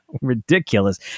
Ridiculous